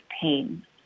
pain